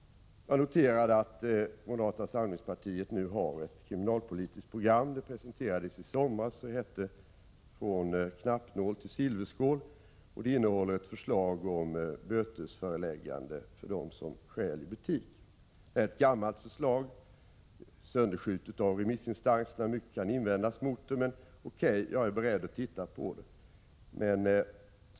Jag har noterat att moderata samalingspartiet nu har ett kriminalpolitiskt program. Det presenterades i somras och heter Från knappnål till silverskål, och det innehåller ett förslag om bötesföreläggande för dem som stjäl i butik. Det är ett gammalt förslag, som har skjutits sönder av remissinstanserna och mot vilket mycket kan invändas, men jag är ändå beredd att titta på det.